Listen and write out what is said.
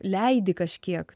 leidi kažkiek